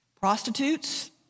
Prostitutes